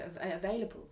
available